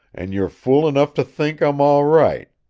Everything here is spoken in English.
and you're fool enough to think i'm all right.